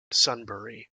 sunbury